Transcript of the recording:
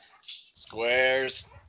Squares